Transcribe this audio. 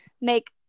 make